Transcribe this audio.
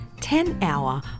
ten-hour